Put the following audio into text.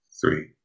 three